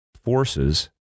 forces